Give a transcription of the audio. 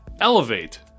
elevate